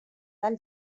del